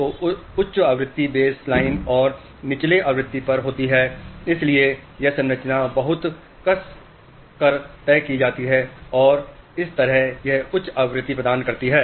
तो उच्च आवृत्ति बेस लाइन और निचले आवृत्तियों पर होती है इसलिए यह संरचना बहुत कसकर तय की जाती है और इस तरह यह उच्च आवृत्ति प्रदान करती है